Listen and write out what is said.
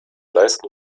leisten